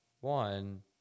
one